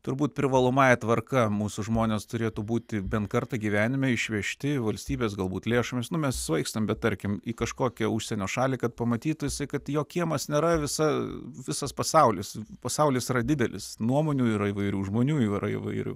turbūt privalomąja tvarka mūsų žmonės turėtų būti bent kartą gyvenime išvežti valstybės galbūt lėšomis nu mes svaigstam bet tarkim į kažkokią užsienio šalį kad pamatytų jisai kad jo kiemas nėra visa visas pasaulis pasaulis yra didelis nuomonių yra įvairių žmonių yra įvairių